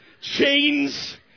chains